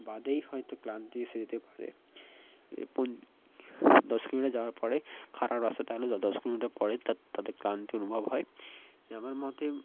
বাদেই হয়তো ক্লান্তি এসে যেতে পারে এ পন দশ কিলোমিটার যাওয়ার পরে খারাপ রাস্তা থাকলে দ দশ কিলোমিটার পরে তা তাদের ক্লান্তি অনুভব হয় এ আমার মতে